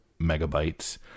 megabytes